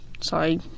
sorry